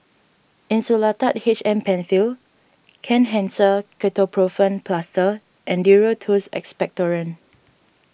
Insulatard H M Penfill Kenhancer Ketoprofen Plaster and Duro Tuss Expectorant